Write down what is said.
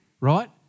right